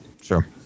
Sure